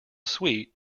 sweet